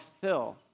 fill